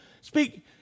Speak